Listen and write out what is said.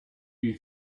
you